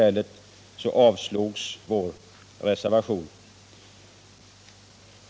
Av dessa skäl avslogs vår reservation.